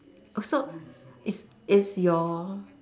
so is is your